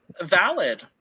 valid